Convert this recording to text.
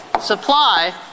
supply